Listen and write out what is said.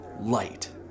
light